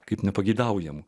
kaip nepageidaujamų